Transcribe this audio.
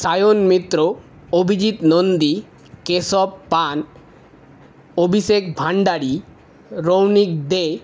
Sayan Mitra Abhijit Nandi Keshab Pan Abhishek Bhandari Rounik দে